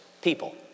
people